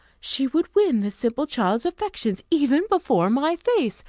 she would win the simple child's affections even before my face,